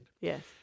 Yes